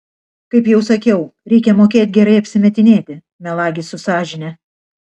kaip jau sakiau reikia mokėt gerai apsimetinėti melagis su sąžine